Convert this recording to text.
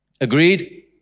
Agreed